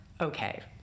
okay